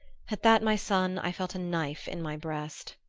at that, my son, i felt a knife in my breast.